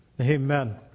Amen